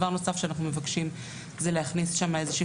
דבר נוסף שאנחנו מבקשים זה להכניס שם איזושהי